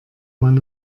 man